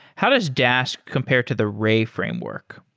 how does dask compare to the ray framework?